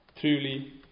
Truly